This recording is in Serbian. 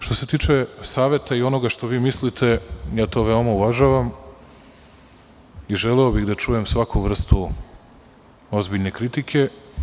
Što se tiče saveta i onoga što vi mislite, veoma to uvažavam i želeo bih da čujem svaku vrstu ozbiljne kritike.